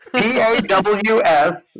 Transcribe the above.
P-A-W-S